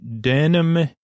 denim